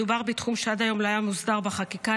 מדובר בתחום שעד היום לא היה מוסדר בחקיקה,